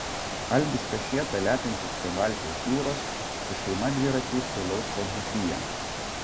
algis kašėta lepinsis prie baltijos jūros su šeima dviračiais keliaus po dzūkiją